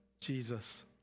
Jesus